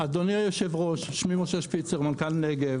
אדוני היושב-ראש, אני מנכ"ל נגב.